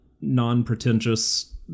non-pretentious